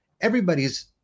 everybody's